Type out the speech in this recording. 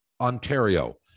Ontario